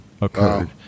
occurred